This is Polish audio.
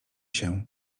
się